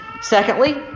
Secondly